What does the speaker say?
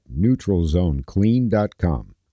NeutralZoneClean.com